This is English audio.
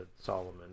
Solomon